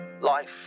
life